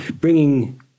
Bringing